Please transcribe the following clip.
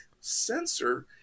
sensor